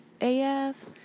AF